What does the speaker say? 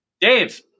Dave